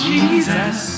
Jesus